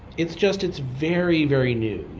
it's just it's very, very new.